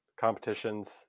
competitions